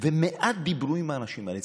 ומעט דיברו עם האנשים האלה.